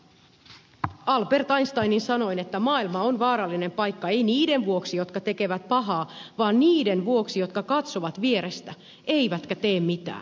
on todettava albert einsteinin sanoin että maailma on vaarallinen paikka ei niiden vuoksi jotka tekevät pahaa vaan niiden vuoksi jotka katsovat vierestä eivätkä tee mitään